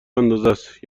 اندازست